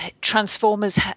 Transformers